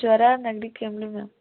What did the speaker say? ಜ್ವರ ನೆಗಡಿ ಕೆಮ್ಮು ಮ್ಯಾಮ್